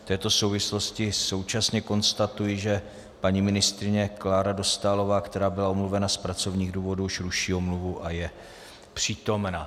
V této souvislosti současně konstatuji, že paní ministryně Klára Dostálová, která byla omluvena z pracovních důvodů, už ruší omluvu a je přítomna.